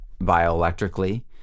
bioelectrically